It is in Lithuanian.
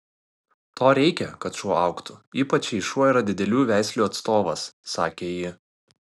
to reikia kad šuo augtų ypač jei šuo yra didelių veislių atstovas sakė ji